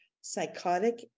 psychotic